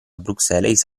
bruxelles